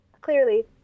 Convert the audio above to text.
Clearly